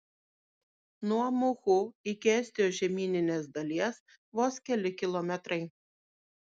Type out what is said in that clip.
nuo muhu iki estijos žemyninės dalies vos keli kilometrai